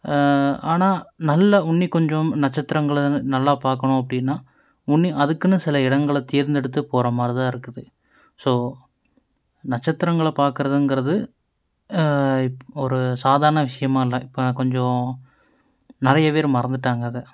ஆனால் நல்ல உன்னி கொஞ்சம் நட்சத்திரங்களை நல்லா பார்க்கணும் அப்படின்னா உன்னி அதுக்குன்னு சில இடங்கள தேர்ந்தெடுத்து போகிற மாதிரி தான் இருக்குது ஸோ நட்சத்திரங்களை பார்க்குறதுங்கிறது ஒரு சாதாரணமாக விஷயமா இல்லை இப்போ கொஞ்சம் நிறைய பேர் மறந்துட்டாங்க அதை